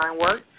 work